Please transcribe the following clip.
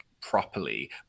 properly